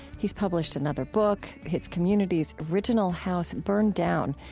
he's published another book, his community's original house burned down,